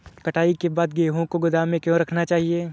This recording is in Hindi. कटाई के बाद गेहूँ को गोदाम में क्यो रखना चाहिए?